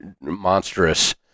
monstrous